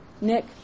Nick